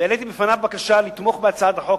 והעליתי בפניו בקשה לתמוך בהצעת החוק,